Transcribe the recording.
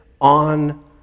on